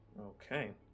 Okay